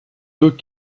deux